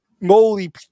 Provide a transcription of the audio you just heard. moly